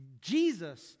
Jesus